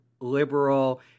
liberal